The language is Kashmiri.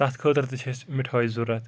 تَتھ خٲطرٕ تِہ چھ اَسِہ مِٹھٲے ضروٗرَت